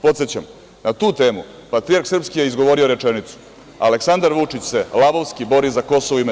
Podsećam, na tu temu patrijarh srpski je izgovorio rečenicu – Aleksandar Vučić se lavovski bolji za KiM.